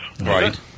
Right